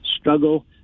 struggle